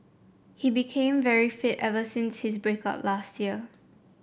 he became very fit ever since his break up last year